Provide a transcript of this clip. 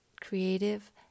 creative